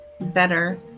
better